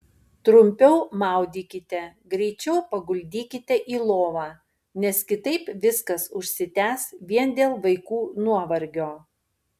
trumpiau maudykite greičiau paguldykite į lovą nes kitaip viskas užsitęs vien dėl vaikų nuovargio